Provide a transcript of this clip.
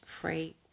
free